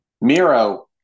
Miro